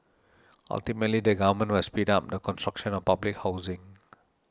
ultimately the government must speed up the construction of public housing